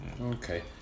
Okay